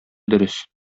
дөрес